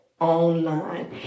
online